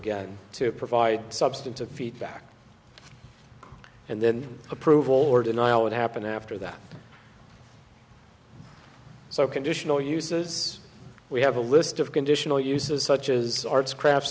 again to provide substantive feedback and then approval or denial would happen after that so conditional uses we have a list of conditional uses such as arts crafts